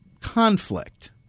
conflict